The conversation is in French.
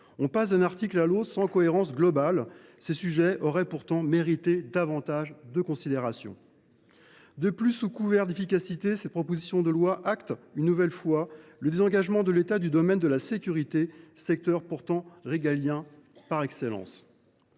On passe d’un article à l’autre sans cohérence globale. Ces sujets auraient pourtant mérité davantage de considération. De plus, sous couvert d’efficacité, cette proposition de loi acte une nouvelle fois le désengagement de l’État du domaine de la sécurité, un secteur pourtant régalien par excellence.